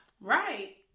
Right